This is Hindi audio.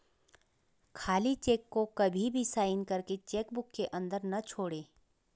खाली चेक को कभी भी साइन करके चेक बुक के अंदर न छोड़े